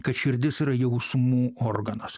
kad širdis yra jausmų organas